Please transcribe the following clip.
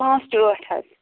پانٛژھ ٹُو ٲٹھ حظ